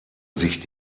sich